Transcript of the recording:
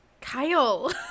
kyle